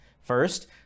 First